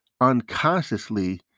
unconsciously